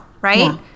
right